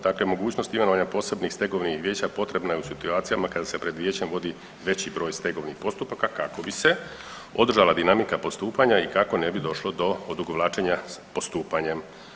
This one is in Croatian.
Dakle, mogućnost imenovanja posebnih stegovnih vijeća potrebno je u situacijama kada se pred vijećem vodi veći broj stegovnih postupaka kako bi se održala dinamika postupanja i kako ne bi došlo do odugovlačenja s postupanjem.